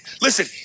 Listen